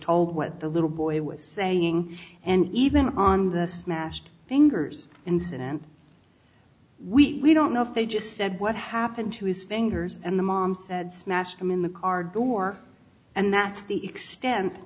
told what the little boy was saying and even on the smashed thinkers incident we don't know if they just said what happened to his fingers and the mom smashed them in the car door and that's the extent